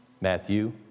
Matthew